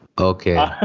okay